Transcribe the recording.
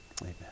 Amen